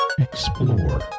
Explore